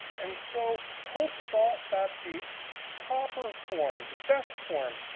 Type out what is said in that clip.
and so pope thought that the proper form, the best form,